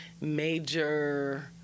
major